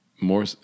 more